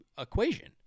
equation